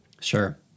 Sure